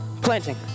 planting